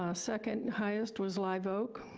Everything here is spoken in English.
ah second highest was live oak,